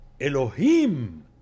Elohim